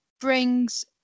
brings